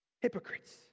hypocrites